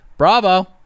Bravo